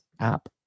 app